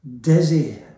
dizzy